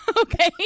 Okay